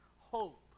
hope